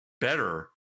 better